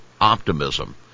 optimism